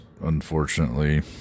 unfortunately